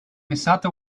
misato